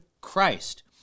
Christ